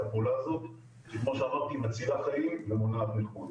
הפעולה הזו שכמו שאמרתי מצילה חיים ומונעת נכות.